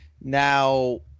Now